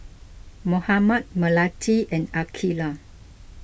Muhammad Melati and Aqeelah